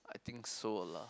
I think so lah